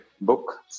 book